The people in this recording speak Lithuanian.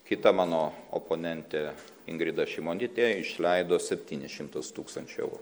kita mano oponentė ingrida šimonyte išleido septynis šimtus tūkstančių eurų